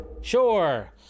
Sure